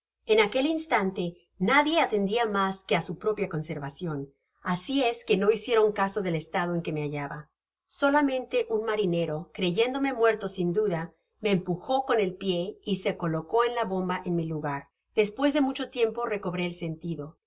en aquel instante nadie atendia mas que á su propia conservacion así es que no hicieron caso del estado en que me hallaba so lamente un marinero creyéndome muerto sin duda de empujó con el pié y se colocó en la bomba en mi lugar despues de mucho tiempo recobré el sentido